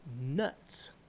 nuts